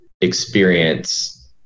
experience